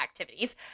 activities